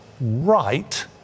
right